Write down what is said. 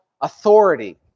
authority